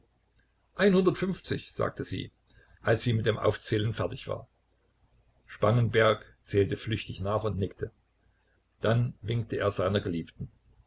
sagte sie als sie mit dem aufzählen fertig war spangenberg zählte flüchtig nach und nickte dann winkte er seiner geliebten